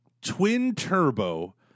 twin-turbo